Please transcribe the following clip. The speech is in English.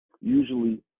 usually